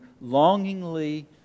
longingly